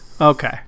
Okay